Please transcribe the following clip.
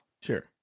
Sure